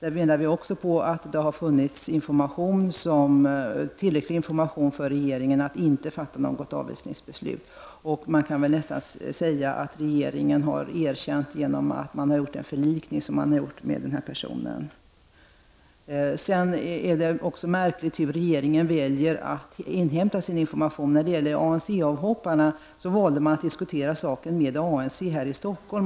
Vi menar att det också i detta fall har funnits tillräcklig information för regeringen, och att den inte borde ha fattat något avvisningsbeslut. Man kan nästan säga att regeringnen har erkänt detta, eftersom den har ingått en förlikning med den här personen. Det sätt som regeringen väljer att inhämta sin information på är också märklig. När det gäller ANC-avhopparna valde man att diskutera med ANGCS representanter i Stockholm.